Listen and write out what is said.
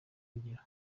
urugero